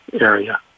area